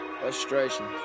Frustration